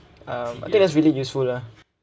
um I think that's really useful lah